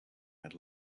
had